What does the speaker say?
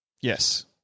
Yes